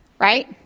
right